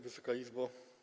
Wysoka Izbo!